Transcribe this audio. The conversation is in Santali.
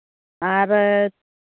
ᱟᱨ